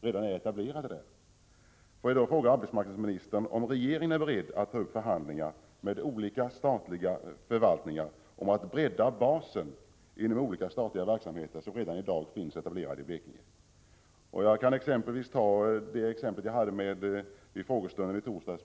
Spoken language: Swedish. Får jag därför fråga arbetsmarknadsministern om regeringen är beredd att med olika statliga förvaltningar ta upp förhandlingar om att bredda basen för de statliga verksamheter som i dag finns etablerade i Blekinge. Jag vill som exempel nämna det jag diskuterade med herr jordbruksministern under frågestunden i torsdags.